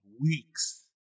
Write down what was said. weeks